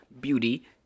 Beauty